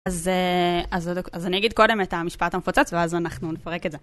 אז אני אגיד קודם את המשפט המפוצץ ואז אנחנו נפרק את זה.